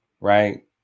right